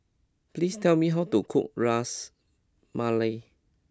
please tell me how to cook Ras Malai